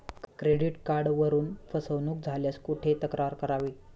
Credit कार्डवरून फसवणूक झाल्यास कुठे तक्रार करावी?